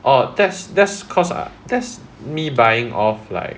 oh that's that's cause I that's me buying off like